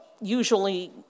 Usually